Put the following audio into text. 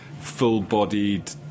full-bodied